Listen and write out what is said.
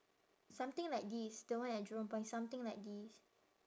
something like this the one at jurong point something like this